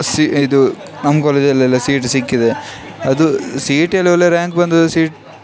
C ಇದು ನಮ್ಮ ಕಾಲೇಜಲ್ಲೆಲ್ಲ ಸೀಟ್ ಸಿಕ್ಕಿದೆ ಅದು ಸಿ ಇ ಟಿಯಲ್ಲಿ ಒಳ್ಳೆಯ ರ್ಯಾಂಕ್ ಬಂದದ್ದು ಸೀಟ್